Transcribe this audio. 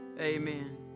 Amen